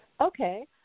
Okay